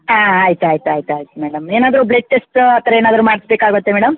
ಹಾಂ ಆಯ್ತು ಆಯ್ತು ಆಯ್ತು ಆಯ್ತು ಮೇಡಮ್ ಏನಾದರು ಬ್ಲಡ್ ಟೆಸ್ಟ್ ಆ ಥರ ಏನಾದರು ಮಾಡ್ಸ್ಬೇಕಾಗುತ್ತಾ ಮೇಡಮ್